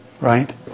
Right